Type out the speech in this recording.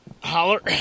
holler